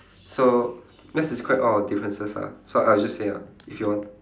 so let's describe all our differences lah so I'll just say ah if you want